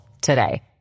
today